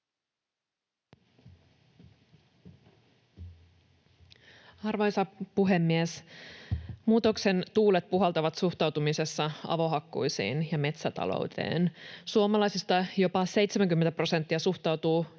Arvoisa puhemies! Muutoksen tuulet puhaltavat suhtautumisessa avohakkuisiin ja metsätalouteen. Suomalaisista jopa 70 prosenttia suhtautuu